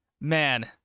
Man